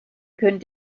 könnt